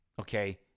okay